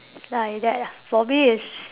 like that ah for me is